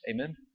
Amen